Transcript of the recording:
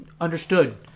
understood